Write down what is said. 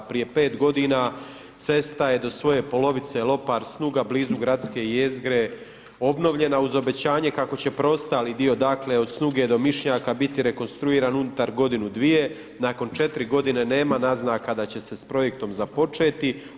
Prije 5 godina cesta je do svoje polovice Lopar – Snuga blizu gradske jezgre obnovljena uz obečanje kako će preostali dio dakle od Snuge do Mišnjaka biti rekonstruiran unutar godinu, dvije, nakon 4 godine nema naznaka da će se sa projektom započeti.